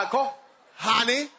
Honey